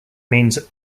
means